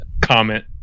comment